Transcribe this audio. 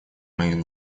моих